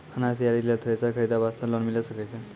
अनाज तैयारी लेल थ्रेसर खरीदे वास्ते लोन मिले सकय छै?